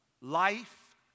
Life